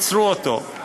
קיצרו אותו,